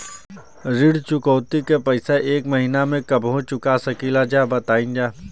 ऋण चुकौती के पैसा एक महिना मे कबहू चुका सकीला जा बताईन जा?